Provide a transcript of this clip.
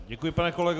Děkuji, pane kolego.